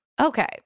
Okay